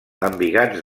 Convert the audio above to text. embigats